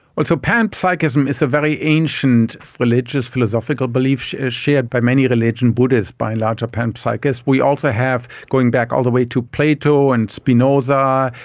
well, so panpsychism is a very ancient religious philosophical belief shared shared by many religions, buddhists by and large are panpsychists. we also have, going back all the way to plato and spinoza,